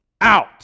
out